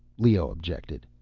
leoh objected.